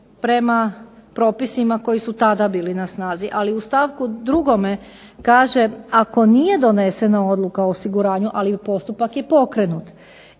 prema propisima koji su tada bili na snazi. Ali u stavku 2. kaže ako nije donesena odluka o osiguranju, ali postupak je pokrenut.